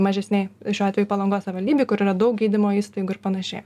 mažesnėj šiuo atveju palangos savivaldybėj kur yra daug gydymo įstaigų ir panašiai